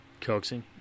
Coaxing